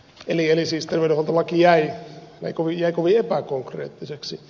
eli siis terveydenhuoltolaki jäi kovin epäkonkreettiseksi